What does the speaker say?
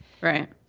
Right